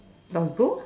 doggo